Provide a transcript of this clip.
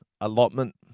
allotment